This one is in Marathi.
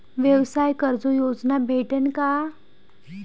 व्यवसाय कर्ज योजना भेटेन का?